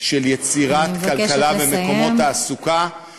של יצירת כלכלה ומקומות תעסוקה, אני מבקשת לסיים.